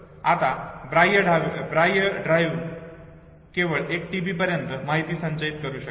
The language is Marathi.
आता बाह्य ड्राइव्ह केवळ एक टीबी पर्यंत माहिती संचयित करू शकतो